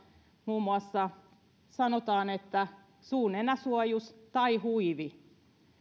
muun muassa sanotaan suu nenäsuojus tai huivi